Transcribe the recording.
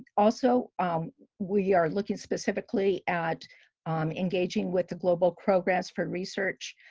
also we are looking specifically at engaging with the global programs for research.